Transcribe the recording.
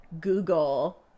google